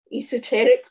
esoteric